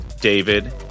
David